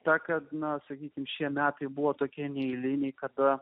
ta kad na sakykime šie metai buvo tokie neeiliniai kada